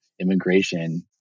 immigration